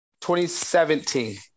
2017